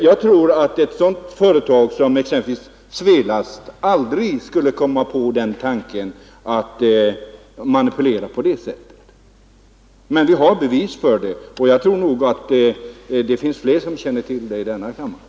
Jag tror att företag som exempelvis Svelast aldrig skulle komma på tanken att manipulera på det sättet. Men vi har bevis för att sådant har förekommit, och jag tror att det finns fler i denna kammare som känner till detta förhållande.